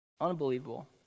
Unbelievable